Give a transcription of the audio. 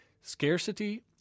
scarcity